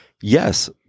yes